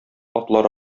атлар